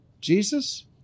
Jesus